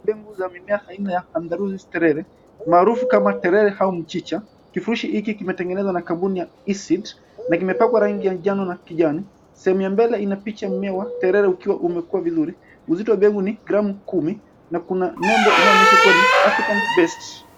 Mbegu za mimea aina ya Cameroon strain maarufu kama terere au mchicha. Kifurushi hiki kimetengenezwa na kampuni ya EASEED na kimepakwa rangi ya njano na kijani. Sehemu ya mbele ina picha ya mmea terere, ukiwa umekuwa vizuri. Uzito wa mbegu ni gramu kumi na kuna nembo inaonyesha kuwa ni African based .